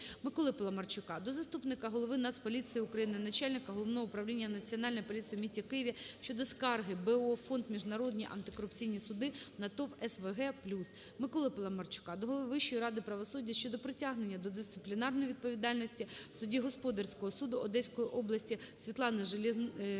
Миколи Паламарчука до заступника головиНацполіції України - начальника Головного управління Національної поліції у місті Києві щодо скарги БО "Фонд "Міжнародні антикорупційні суди" на ТОВ "СВГ ПЛЮС". Миколи Паламарчука до голови Вищої ради правосуддя щодо притягнення до дисциплінарної відповідальності судді господарського суду Одеської області СвітланиЖелєзної